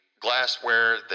glassware